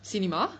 cinema